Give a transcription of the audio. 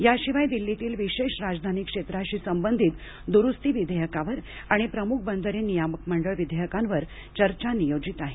याशिवाय दिल्लीतील विशेष राजधानी क्षेत्राशी संबंधित दुरुस्ती विधेयकावर आणि प्रमुख बंदरे नियामक मंडळ विधेयकांवर चर्चा नियोजित आहे